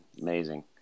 amazing